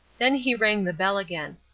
then he rang the bell again.